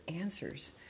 answers